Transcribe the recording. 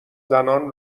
زنان